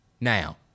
now